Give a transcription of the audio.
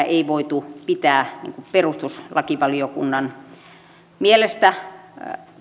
ei voitu pitää perustuslakivaliokunnan mielestä